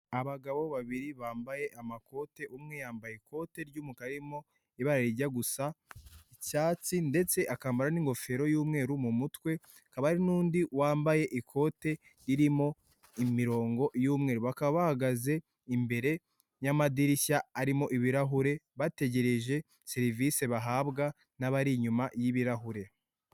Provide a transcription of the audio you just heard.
Abagabo babiri bambaye amakoti, umwe yambaye ikote ry'umukara ririmo ibara rijya gusa icyatsi, ndetse akambara n'ingofero y'umweru mu mutwe, hakaba hari n'undi wambaye ikote ririmo imirongo y'umweru, Bakaba bahagaze imbere y'amadirishya arimo ibirahure, bategereje serivisi bahabwa nabari inyuma y'ibirahure.